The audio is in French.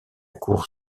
cour